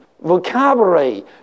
vocabulary